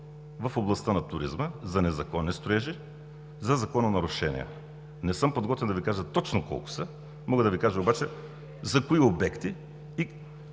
в областта на туризма – за незаконни строежи, за закононарушения. Не съм подготвен да Ви кажа точно колко са, мога да Ви кажа обаче за кои обекти и